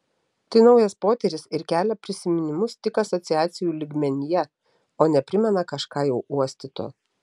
tai naujas potyris ir kelia prisiminimus tik asociacijų lygmenyje o ne primena kažką jau uostyto